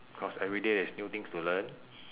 cause every day there is new things to learn